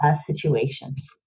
situations